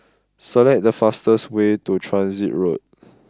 select the fastest way to Transit Road